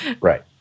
Right